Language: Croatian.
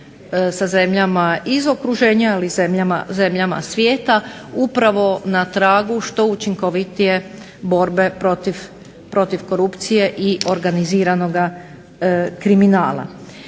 sa zemljama iz okruženja ili zemljama svijeta, upravo na tragu što učinkovitije borbe protiv korupcije i organiziranoga kriminala.